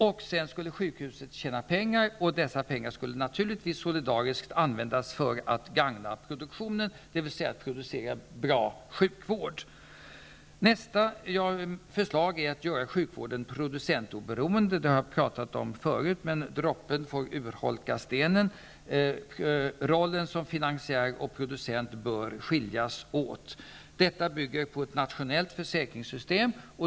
Sjukhuset skulle tjäna pengar, och dessa pengar skulle naturligtvis solidariskt användas för att gagna produktionen, dvs. till att producera bra sjukvård. Nästa förslag är att göra sjukvården producentoberoende. Det har jag talat om förut, men droppen får urholka stenen. Rollen som finansiär och producent bör skiljas åt. Detta bygger på ett nationellt försäkringssystem.